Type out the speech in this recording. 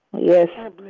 Yes